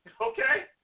Okay